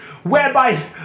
whereby